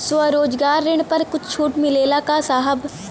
स्वरोजगार ऋण पर कुछ छूट मिलेला का साहब?